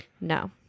No